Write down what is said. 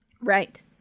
Right